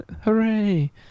Hooray